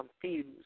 confused